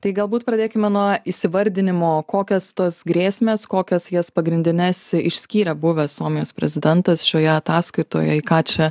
tai galbūt pradėkime nuo įsivardinimo kokios tos grėsmės kokias jas pagrindines išskyrė buvęs suomijos prezidentas šioje ataskaitoje į ką čia